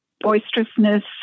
boisterousness